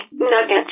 nuggets